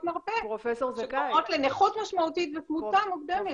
מרפא שגורמות לנכות משמעותית ולתמותה מוקדמת.